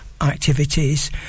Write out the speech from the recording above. activities